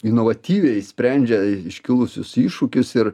inovatyviai sprendžia iškilusius iššūkius ir